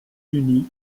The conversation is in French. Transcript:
unis